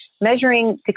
measuring